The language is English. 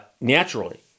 naturally